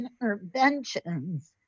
interventions